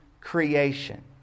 Creation